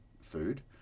food